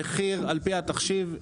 המחיר על פי התחשיב,